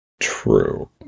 True